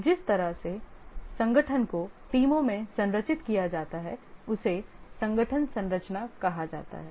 जिस तरह से संगठन को टीमों में संरचित किया जाता है उसे संगठन संरचना कहा जाता है